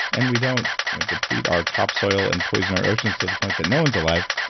and we don't deplete our top soil and poison our oceans to the point that no one's alive,